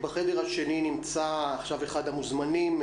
בחדר השני נמצא עכשיו אחד המוזמנים,